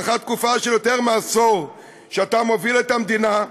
לאחר תקופה של יותר מעשור שאתה מוביל את המדינה,